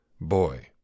Boy